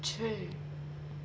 چھ